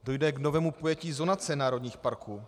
Dojde k novému pojetí zonace národních parků.